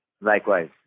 Likewise